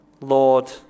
Lord